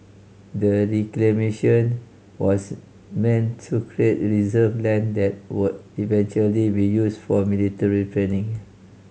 the reclamation was meant to create reserve land that would eventually be used for military training